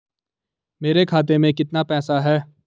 मेरे खाते में कितना पैसा है?